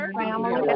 family